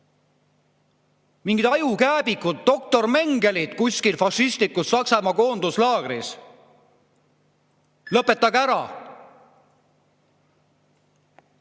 Mingid ajukääbikud, doktor Mengeled kuskil fašistliku Saksamaa koonduslaagris? Lõpetage ära!